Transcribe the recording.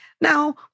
Now